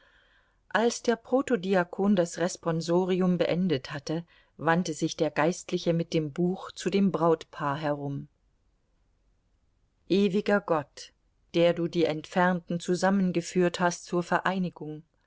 als der protodiakon das responsorium beendet hatte wandte sich der geistliche mit dem buch zu dem brautpaar herum ewiger gott der du die entfernten zusammengeführt hast zur vereinigung